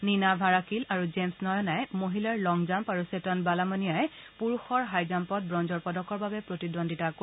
Niña Varakil আৰু জেমছ নয়নাই মহিলাৰ লং জাম্প আৰু চেতন বালামণিয়াই পুৰুষৰ হাই জাম্পত ব্ৰঞ্জৰ পদকৰ বাবে প্ৰতিদ্বন্দ্বিতা কৰিব